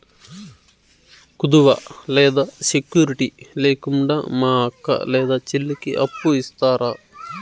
కుదువ లేదా సెక్యూరిటి లేకుండా మా అక్క లేదా చెల్లికి అప్పు ఇస్తారా?